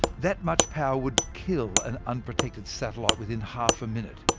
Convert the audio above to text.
that much power would kill an unprotected satellite within half-a-minute.